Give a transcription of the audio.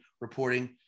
reporting